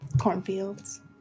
Cornfields